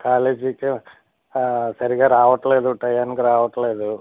కాలేజీకి సరిగ్గా రావట్లేదు టైంకి రావట్లేదు